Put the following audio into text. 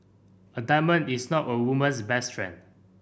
a diamond is not a woman's best friend